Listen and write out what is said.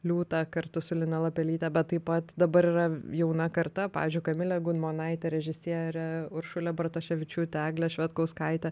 liūtą kartu su lina lapelyte bet taip pat dabar yra jauna karta pavyzdžiui kamilė gudmonaitė režisierė uršulė bartoševičiūtė eglė švedkauskaitė